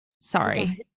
Sorry